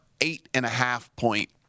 eight-and-a-half-point